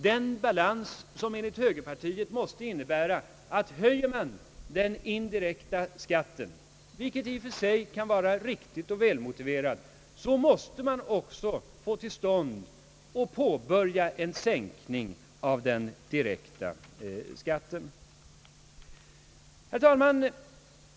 Denna balans måste enligt högerpartiet innebära att när man höjer den indirekta skatten — vilket i och för sig kan vara riktigt och välmo tiverat — så måste man också påbörja en sänkning av den direkta skatten. Herr talman!